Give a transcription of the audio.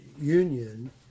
union